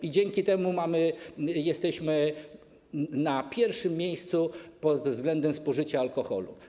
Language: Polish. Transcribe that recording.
I dzięki temu jesteśmy na pierwszym miejscu pod względem spożycia alkoholu.